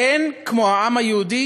אין כמו העם היהודי